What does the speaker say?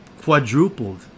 quadrupled